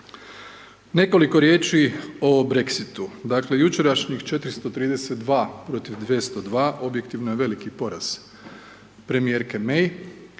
Nekoliko riječi o Brexitu. Dakle, jučerašnjih 432 protiv 202, objektivno je veliki poraz primjerke May